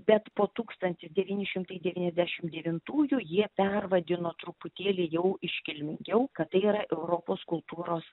bet po tūkstantis devyni šimtai devyniasdešim devintųjų jie pervadino truputėlį jau iškilmingiau kad tai yra europos kultūros